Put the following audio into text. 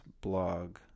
blog